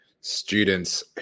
students